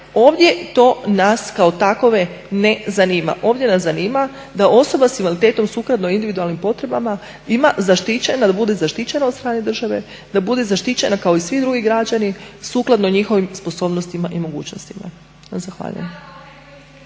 Ovdje to nas kao takove ne zanima, ovdje nas zanima da osoba s invaliditetom sukladno individualnim potrebama ima zaštićena, bude zaštićena od strane države, da bude zaštićena kao i svi drugi građani sukladno njihovim sposobnostima i mogućnostima. Zahvaljujem.